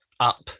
Up